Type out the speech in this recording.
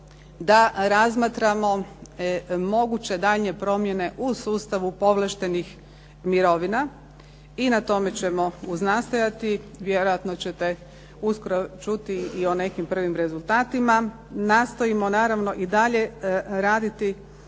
da razmatramo moguće daljnje promjene u sustavu povlaštenih mirovina, i na tome ćemo uznastojati. Vjerojatno ćete uskoro čuti i o nekim prvim rezultatima. Nastojimo naravno i dalje raditi